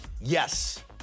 Yes